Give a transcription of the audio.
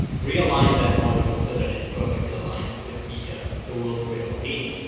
realign that module so that it's perfectly aligned with yeah the world grid of houdini.